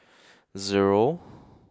zero